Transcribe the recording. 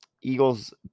Eagles